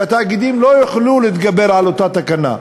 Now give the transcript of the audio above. שהתאגידים לא יוכלו להתגבר על אותה תקנה,